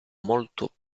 molto